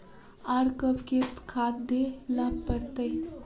आर कब केते खाद दे ला पड़तऐ?